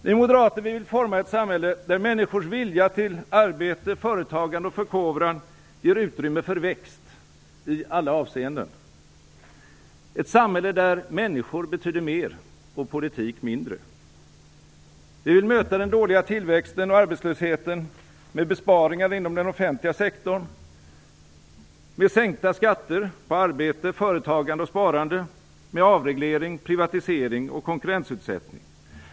Vi moderater vill forma ett samhälle där människors vilja till arbete, företagande och förkovran ger utrymme för växt i alla avseenden, ett samhälle där människor betyder mer och politik mindre. Vi vill möta den dåliga tillväxten och arbetslösheten med besparingar inom den offentliga sektorn, med sänkta skatter på arbete, företagande och sparande, med avreglering, privatisering och konkurrensutsättning.